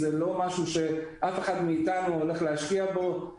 זה לא משהו שמישהו מאתנו הולך להשקיע בו,